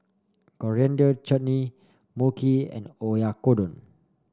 Coriander Chutney Mochi and Oyakodon